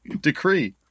decree